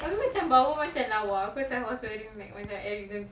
cool lah best